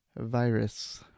virus